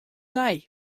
nij